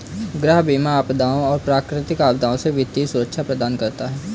गृह बीमा आपदाओं और प्राकृतिक आपदाओं से वित्तीय सुरक्षा प्रदान करता है